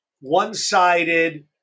one-sided